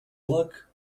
luck